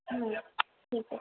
হুম ঠিক আছে